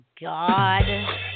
God